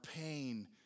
pain